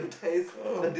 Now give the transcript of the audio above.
oh